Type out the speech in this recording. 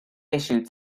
issued